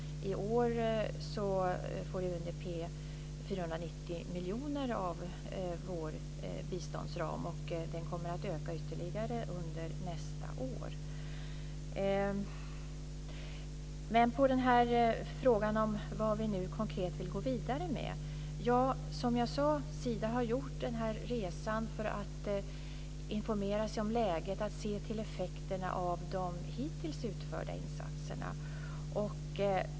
I år får UNDP 490 miljoner kronor av vår biståndsram, och det kommer att öka ytterligare under nästa år. Sedan till den här frågan om vad vi nu konkret vill gå vidare med. Ja, som jag sade har Sida gjort den här resan för att informera sig om läget och se till effekterna av de hittills utförda insatserna.